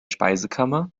speisekammer